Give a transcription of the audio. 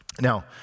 Now